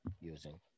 using